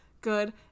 good